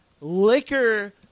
Liquor